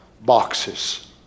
boxes